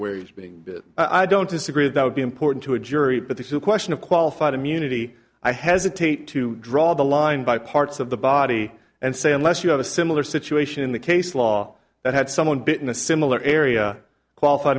where he's being i don't disagree that would be important to a jury but if you question of qualified immunity i hesitate to draw the line by parts of the body and say unless you have a similar situation in the case law that had someone bitten a similar area qualified